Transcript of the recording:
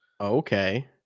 okay